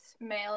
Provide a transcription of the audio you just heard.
male